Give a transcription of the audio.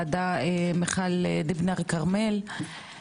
לטל יעבץ,